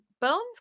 bones